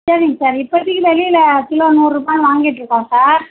சரிங்க சார் இப்போதிக்கி வெளியில் கிலோ நூறுபான்னு வாங்கிட்டுருக்கோம் சார்